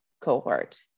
cohort